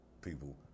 people